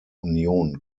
union